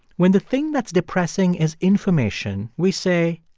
when the thing that's depressing is information, we say,